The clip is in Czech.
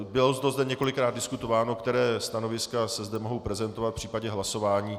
Bylo to zde několikrát diskutováno, která stanoviska se zde mohou prezentovat v případě hlasování.